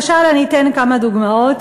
אני אתן כמה דוגמאות: